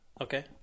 Okay